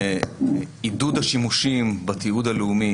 עידוד השימושים בתיעוד הלאומי,